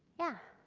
yeah?